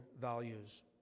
values